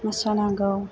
मोसानांगौ